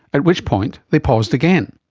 at which point they paused again.